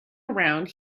around